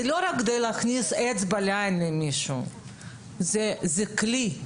זה לא רק כדי להכניס אצבע לעין למישהו אלא זה כלי.